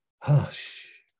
Hush